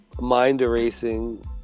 mind-erasing